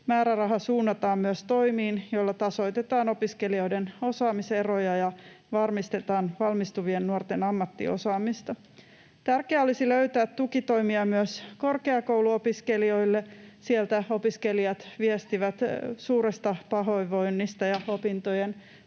Määräraha suunnataan myös toimiin, joilla tasoitetaan opiskelijoiden osaamiseroja ja varmistetaan valmistuvien nuorten ammattiosaamista. Tärkeää olisi löytää tukitoimia myös korkeakouluopiskelijoille — sieltä opiskelijat viestivät suuresta pahoinvoinnista ja opintojen